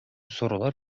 sorular